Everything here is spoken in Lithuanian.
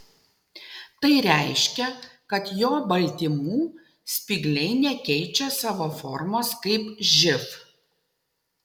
tai reiškia kad jo baltymų spygliai nekeičia savo formos kaip živ